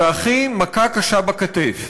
ואחי, מכה קשה בכתף.